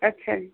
ਅੱਛਾ ਜੀ